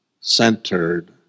centered